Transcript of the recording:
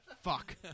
Fuck